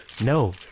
No